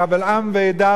קבל עם ועדה,